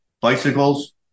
bicycles